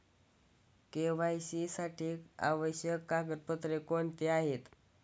KYC साठी आवश्यक कागदपत्रे कोणती आहेत?